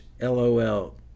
LOL